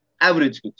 Average